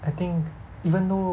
I think even though